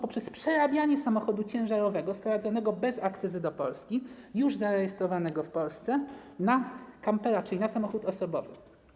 Poprzez przerabianie samochodu ciężarowego sprowadzonego bez akcyzy do Polski i zarejestrowanego już w Polsce na kampera, czyli na samochód osobowy.